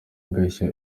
agashya